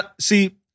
See